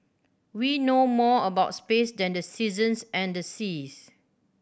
we know more about space than the seasons and the seas